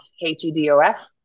H-E-D-O-F